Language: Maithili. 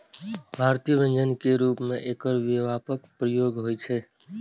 भारतीय व्यंजन के रूप मे एकर व्यापक प्रयोग होइ छै